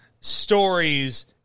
stories